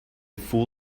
full